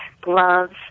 gloves